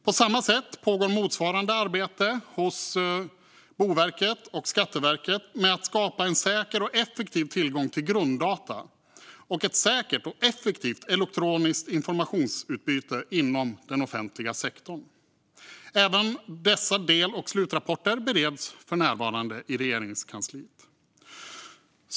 På samma sätt pågår motsvarande arbete hos Boverket och Skatteverket med att skapa en säker och effektiv tillgång till grunddata och ett säkert och effektivt elektroniskt informationsutbyte inom den offentliga sektorn. Även dessa del och slutrapporter bereds för närvarande i Regeringskansliet.